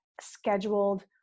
scheduled